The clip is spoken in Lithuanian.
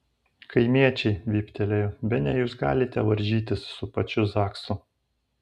kaimiečiai vyptelėjo bene jūs galite varžytis su pačiu zaksu